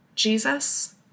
Jesus